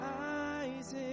eyes